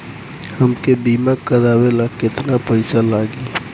हमका बीमा करावे ला केतना पईसा लागी?